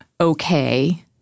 okay